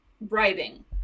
bribing